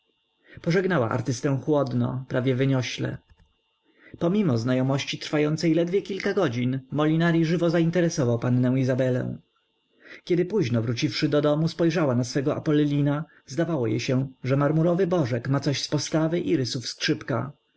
pożegnała artystę chłodno prawie wyniośle pomimo znajomości trwającej ledwie kilka godzin molinari żywo zainteresował pannę izabelę kiedy późno wróciwszy do domu spojrzała na swego apolina zdawało jej się że marmurowy bożek ma coś z postawy i rysów skrzypka